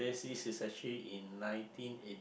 is actually in nineteen eighty